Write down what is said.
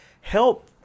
Help